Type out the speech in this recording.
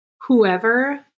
Whoever